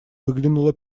выглянуло